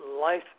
life